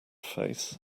face